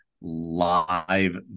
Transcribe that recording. live